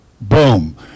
Boom